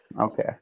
Okay